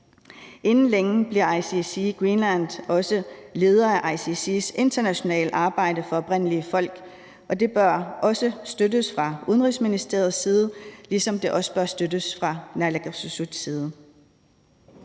Inden længe bliver ICC Greenland også leder af ICC's internationale arbejde for oprindelige folk, og det bør også blive støttet af Udenrigsministeriet, ligesom det også bør støttes af naalakkersuisut.